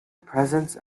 presence